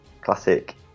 classic